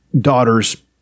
daughter's